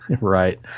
Right